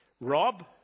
Rob